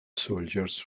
soldiers